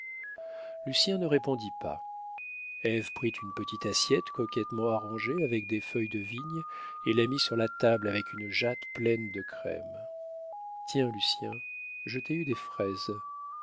lucien ne répondit pas ève prit une petite assiette coquettement arrangée avec des feuilles de vigne et la mit sur la table avec une jatte pleine de crème tiens lucien je t'ai eu des fraises